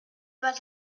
pas